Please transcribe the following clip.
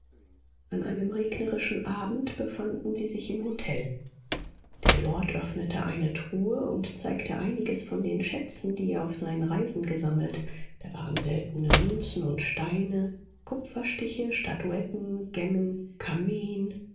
an einem regnerischen abend befanden sie sich im hotel der lord öffnete eine truhe und zeigte einiges von den schätzen die er auf seinen reisen gesammelt da waren seltene münzen und steine kupferstiche statuetten